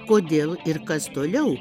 kodėl ir kas toliau